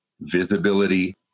visibility